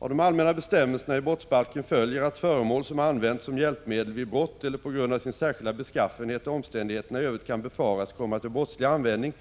Av de allmänna bestämmelserna i brottsbalken följer att föremål som har använts som hjälpmedel vid brott eller på grund av sin särskilda beskaffenhet och omständigheterna i övrigt kan befaras komma till brottslig användning